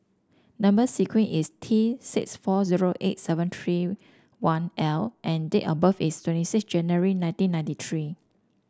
number sequence is T six four zero eight seven three one L and date of birth is twenty six January nineteen ninety three